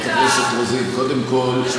באמת, חברת הכנסת רוזין, קודם כול,